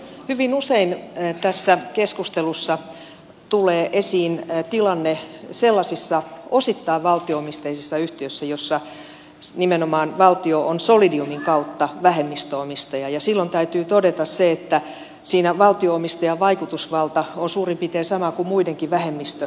hyvin usein tässä keskustelussa tulee esiin tilanne sellaisissa osittain valtio omisteisissa yhtiöissä joissa nimenomaan valtio on solidiumin kautta vähemmistöomistaja ja silloin täytyy todeta se että siinä valtio omistajan vaikutusvalta on suurin piirtein sama kuin muidenkin vähemmistöomistajien